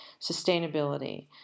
sustainability